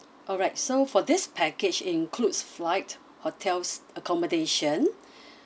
alright so for this package includes flight hotels accommodation